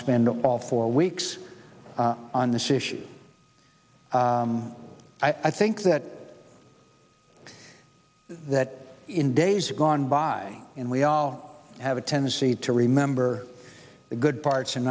spend all four weeks on this issue i think that that in days gone by and we all have a tendency to remember the good parts and